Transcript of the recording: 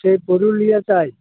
ᱥᱮᱭ ᱯᱩᱨᱩᱞᱤᱭᱟ ᱛᱟᱭ